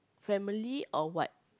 family or what